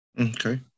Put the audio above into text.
Okay